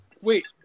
wait